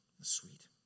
sweet